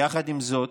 יחד עם זאת,